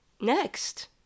Next